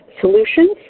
Solutions